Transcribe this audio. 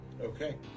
Okay